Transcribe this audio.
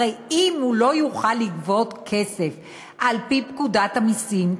הרי אם הוא לא יוכל לגבות כסף על-פי פקודת המסים,